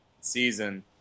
season